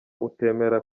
utemera